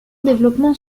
développements